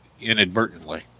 inadvertently